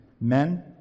men